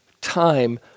time